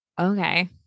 okay